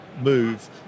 move